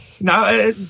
No